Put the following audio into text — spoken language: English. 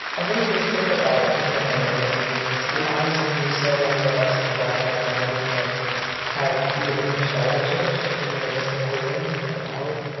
i think we think about it differently. i mean to be honest with you, so many of us in the black lives matter movement have either been pushed out of the church because many of us are queer and out.